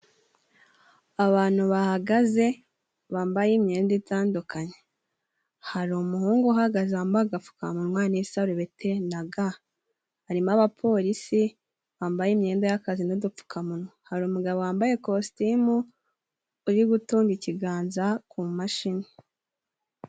Abantu bahagaze bambaye imyenda itandukanye, hari umuhungu uhagaze agapfukamunwa n'isarubeti na ga, harimo abapolisi bambaye imyenda y'akazi n'udupfukamunwa, hari umu umugabo wambaye ikositimu uri gutunga ikiganza ku mashini.